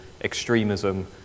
extremism